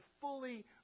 fully